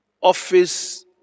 office